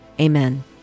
Amen